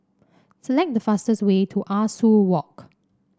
select the fastest way to Ah Soo Walk